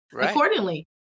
accordingly